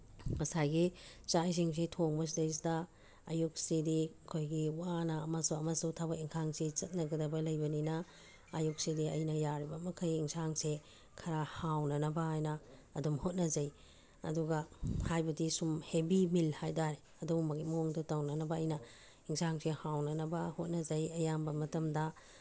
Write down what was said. ꯉꯁꯥꯏꯒꯤ ꯆꯥꯛ ꯏꯁꯤꯡꯁꯤ ꯊꯣꯡꯕꯁꯤꯗꯩꯗ ꯑꯌꯨꯛꯁꯤꯗꯤ ꯑꯩꯈꯣꯏꯒꯤ ꯋꯥꯅ ꯑꯃꯁꯨ ꯑꯃꯁꯨ ꯊꯕꯛ ꯏꯪꯈꯥꯡꯁꯤ ꯆꯠꯅꯒꯗꯕ ꯂꯩꯕꯅꯤꯅ ꯑꯌꯨꯛꯁꯤꯗꯤ ꯑꯩꯅ ꯌꯥꯔꯤꯕꯃꯈꯩ ꯌꯦꯟꯁꯥꯡꯁꯦ ꯈꯔ ꯍꯥꯎꯅꯅꯕ ꯍꯥꯏꯅ ꯑꯗꯨꯝ ꯍꯣꯠꯅꯖꯩ ꯑꯗꯨꯒ ꯍꯥꯏꯕꯗꯤ ꯁꯨꯝ ꯍꯦꯕꯤ ꯃꯤꯜ ꯍꯥꯏꯇꯥꯔꯦ ꯑꯗꯨꯒꯨꯝꯕꯒꯤ ꯃꯑꯣꯡꯗ ꯇꯧꯅꯅꯕ ꯑꯩꯅ ꯌꯩꯟꯁꯥꯡꯁꯤ ꯍꯥꯎꯅꯕ ꯍꯣꯠꯅꯖꯩ ꯑꯌꯥꯝꯕ ꯃꯇꯝꯗ